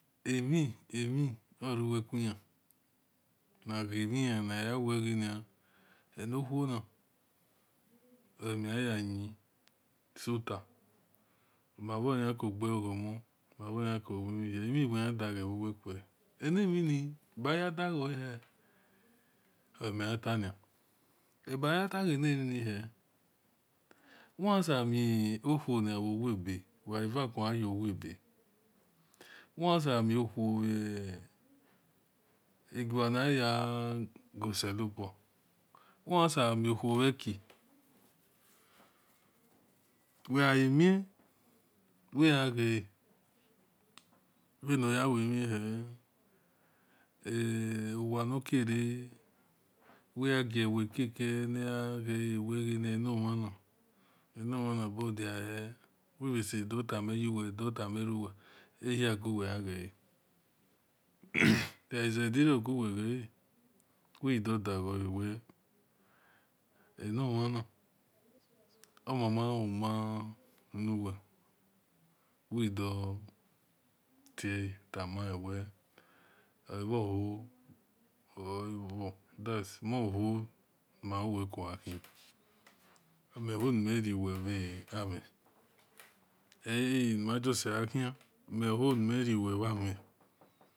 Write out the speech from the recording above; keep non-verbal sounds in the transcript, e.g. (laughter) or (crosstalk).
Emhi oru-wel kui lan na ghe bhi an na ya wel ghe niu eno khuo no oli mel yan ya yin so tu ma bhok yan ko gbelo gho mon mobholo yan ko yin emhi wel yan daghe bhu-bveikuele enemhini baya daghole he oli mel yan tania ebayadoghe nemhi he wo yan sabo mio kuonia bho we̠ be wu eva ko gha yo we be̠̠ wo yan samio khuo bhe (hesitation) bhe giu wa nay go- selobua wo yan sabo mio khuo bheki wel ghai mie wilgha ghele bhe nor ya ivie mhi hel bho wa nokie-re wigha gie bho ekeke ne gha ghele wil seye dor tameruwe- dor tami yuwel ehia guwel gha ghele wil dor dor ghoule ghe eno mhana oma-ma huma nuwel wil dor tuele tamae wel mohol ma-bhu wel ko gha khian mel hol ni nel riuwe bha mhen e̠̠ e nima jusi gha khan mehol ni mel riuwe bha mhen